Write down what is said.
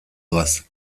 doaz